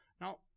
Now